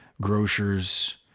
grocers